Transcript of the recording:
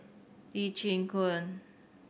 Lee Chin Koon